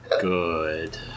Good